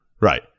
right